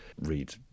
read